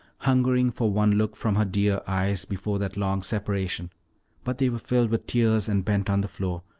hungering for one look from her dear eyes before that long separation but they were filled with tears and bent on the floor,